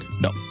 No